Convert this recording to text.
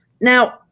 Now